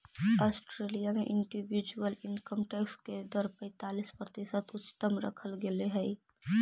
Australia में individual income tax के दर पैंतालीस प्रतिशत उच्चतम रखल गेले हई